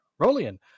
Rolian